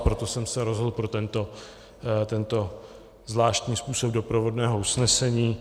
Proto jsem se rozhodl pro tento zvláštní způsob doprovodného usnesení.